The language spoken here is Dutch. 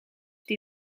die